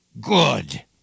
Good